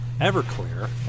Everclear